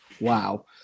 wow